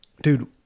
Dude